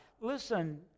Listen